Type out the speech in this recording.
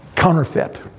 counterfeit